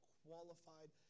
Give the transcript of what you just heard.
qualified